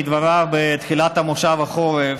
מדבריו בתחילת מושב החורף,